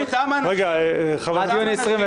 רגע, חבר הכנסת